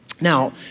Now